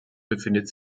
befindet